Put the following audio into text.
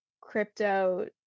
crypto